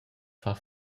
far